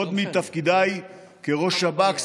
עוד מתפקידי כראש השב"כ,